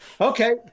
okay